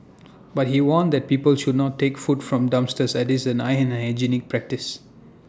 but he warns that people should not take food from dumpsters as IT is an unhygienic practice